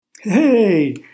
Hey